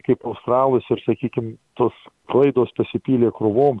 kaip australus ir sakykim tos klaidos pasipylė krūvom